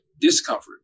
discomfort